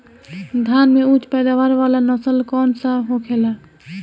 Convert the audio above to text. धान में उच्च पैदावार वाला नस्ल कौन सा होखेला?